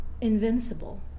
invincible